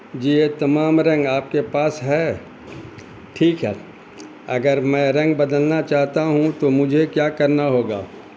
جی یہ تمام رنگ آپ کے پاس ہے ٹھیک ہے اگر میں رنگ بدلنا چاہتا ہوں تو مجھے کیا کرنا ہوگا